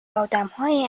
آدمهایی